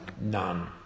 None